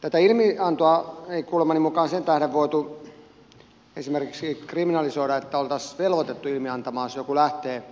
tätä ilmiantamatta jättämistä ei kuulemani mukaan voitu esimerkiksi kriminalisoida oltaisiin velvoitettu ilmiantamaan jos joku lähtee